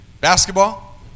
basketball